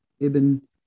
Ibn